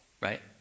right